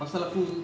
pasal aku